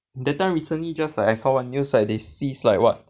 that time recently just like I see one news like they seized like what